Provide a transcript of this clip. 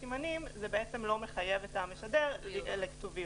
סימנים זה לא מחייב את המשדר לכתוביות.